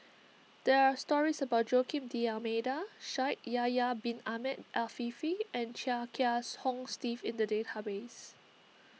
there are stories about Joaquim D'Almeida Shaikh Yahya Bin Ahmed Afifi and Chia Kiahs Hong Steve in the database